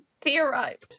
theorize